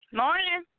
morning